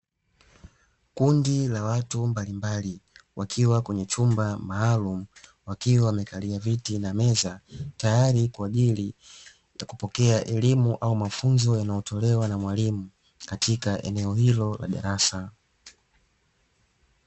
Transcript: Kundi la watu mbalimbali wakiwa kwenye chumba maalumu wakiwa wamekalia viti na meza tayari kwa ajili ya kupokea elimu au mafunzo yanayotolewa na mwalimu katika eneo hilo la darasa.